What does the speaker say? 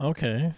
Okay